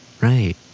Right